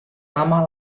nama